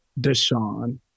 Deshaun